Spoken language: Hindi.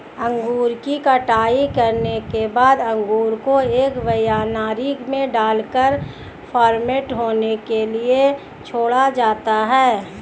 अंगूर की कटाई करने के बाद अंगूर को एक वायनरी में डालकर फर्मेंट होने के लिए छोड़ा जाता है